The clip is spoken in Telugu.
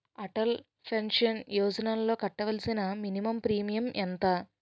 అటల్ పెన్షన్ యోజనలో కట్టవలసిన మినిమం ప్రీమియం ఎంత?